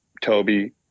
Toby